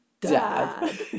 Dad